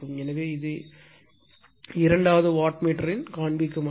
எனவே இது இரண்டாவது வாட்மீட்டரின் காண்பிக்கும் அளவு